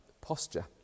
posture